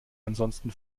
ansonsten